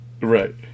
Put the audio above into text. right